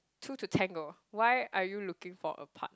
two to tango why are you looking for a part